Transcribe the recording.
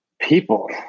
people